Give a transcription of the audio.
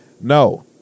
No